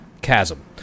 chasm